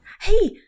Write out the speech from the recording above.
Hey